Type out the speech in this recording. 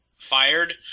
fired